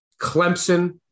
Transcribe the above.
Clemson